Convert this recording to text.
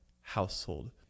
household